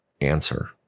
answer